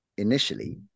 Initially